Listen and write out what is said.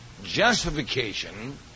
Justification